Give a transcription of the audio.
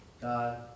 God